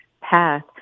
path